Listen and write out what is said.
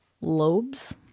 lobes